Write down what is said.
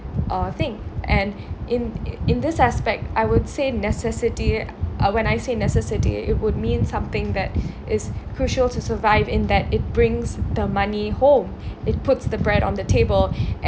uh thing and in in this aspect I would say necessity uh when I say necessity would mean something that is crucial to survive in that it brings the money home it puts the bread on the table and